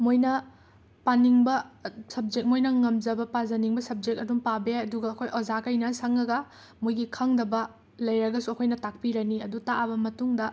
ꯃꯣꯏꯅ ꯄꯥꯅꯤꯡꯕ ꯁꯞꯖꯦꯛ ꯃꯣꯏꯅ ꯉꯝꯖꯕ ꯄꯥꯖꯅꯤꯡꯕ ꯁꯞꯖꯦꯛ ꯑꯗꯨꯝ ꯄꯥꯕ ꯌꯥꯏ ꯑꯗꯨꯒ ꯑꯩꯈꯣꯏ ꯑꯣꯖꯈꯩꯅ ꯁꯪꯉꯒ ꯃꯣꯏꯒꯤ ꯈꯪꯗꯕ ꯂꯩꯔꯒꯁꯨ ꯑꯩꯈꯣꯏꯅ ꯇꯥꯛꯄꯤꯔꯅꯤ ꯑꯗꯨ ꯇꯥꯛꯑꯕ ꯃꯇꯨꯡꯗ